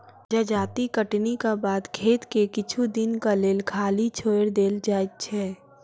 जजाति कटनीक बाद खेत के किछु दिनक लेल खाली छोएड़ देल जाइत छै